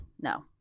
no